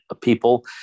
people